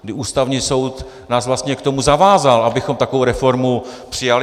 Kdy Ústavní soud nás vlastně k tomu zavázal, abychom takovou reformu přijali.